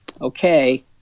Okay